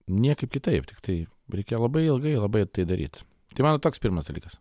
niekaip kitaip tiktai reikia labai ilgai labai tai daryt tai mano toks pirmas dalykas